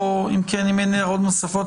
אם אין הערות נוספות,